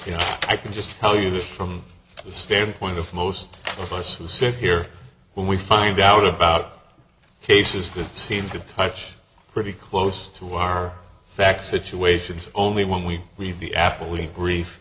you know i can just tell you this from the standpoint of most of us who sit here when we find out about cases that seem to touch pretty close to our facts situations only when we leave the after we brief